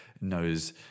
knows